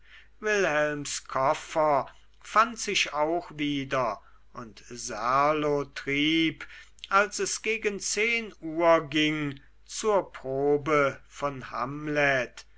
koffer fand sich auch wieder und serlo trieb als es gegen zehn uhr ging zur probe von hamlet